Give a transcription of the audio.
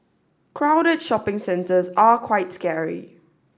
crowded shopping centres are quite scary